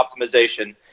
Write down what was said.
optimization